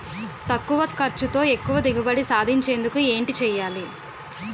తక్కువ ఖర్చుతో ఎక్కువ దిగుబడి సాధించేందుకు ఏంటి చేయాలి?